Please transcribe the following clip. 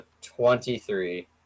Twenty-three